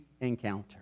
encounter